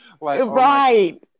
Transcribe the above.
Right